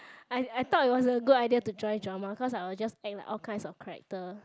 I I thought it was a good idea to join drama cause I will just act like all kinds of character